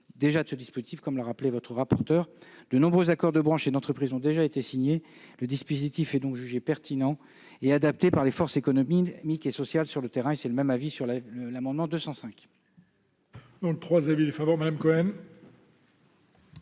de ce dispositif, comme l'a rappelé votre rapporteur pour avis. De nombreux accords de branches et d'entreprise ont déjà été signés. Le dispositif est donc jugé pertinent et adapté par les forces économiques et sociales sur le terrain. J'émets donc un avis défavorable sur l'amendement n°